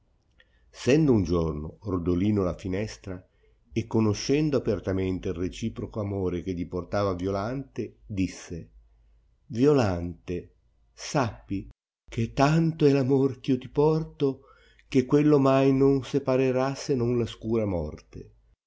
sendo un giorno rodolino alla finestra e conoscendo apertamente il reciproco amore che gli portava violante disse violante sappi che tanto è l amor eh io ti porto che quello mai non separerà se non la scura morte